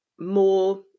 more